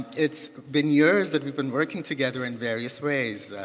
it's been years that we've been working together in various ways.